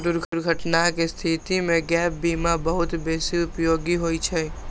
दुर्घटनाक स्थिति मे गैप बीमा बहुत बेसी उपयोगी होइ छै